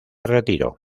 retiro